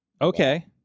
Okay